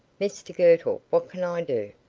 mr girtle, what can i do?